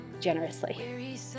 generously